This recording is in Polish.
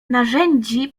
narzędzi